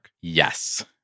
Yes